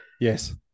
Yes